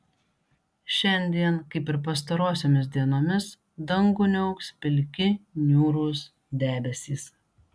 šiandien kaip ir pastarosiomis dienomis dangų niauks pilki niūrūs debesys